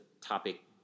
topic